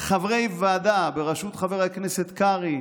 חברי הוועדה בראשות חבר הכנסת קרעי,